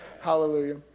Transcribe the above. Hallelujah